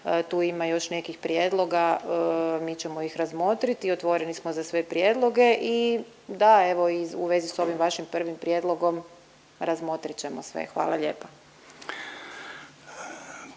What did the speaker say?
tu ima još nekih prijedloga mi ćemo ih razmotriti i otvoreni smo za sve prijedloge i da evo i u vezi s ovim vašim prvim prijedlogom, razmotrit ćemo sve. Hvala lijepa.